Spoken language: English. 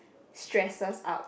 stresses out